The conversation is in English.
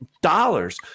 dollars